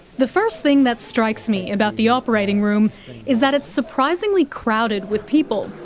the first thing that strikes me about the operating room is that it's surprisingly crowded with people.